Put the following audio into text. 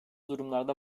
durumlarda